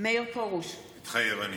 (קוראת בשמות חברי הכנסת) מאיר פרוש, מתחייב אני